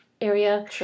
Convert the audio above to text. area